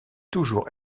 toujours